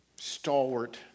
stalwart